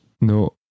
No